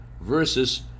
versus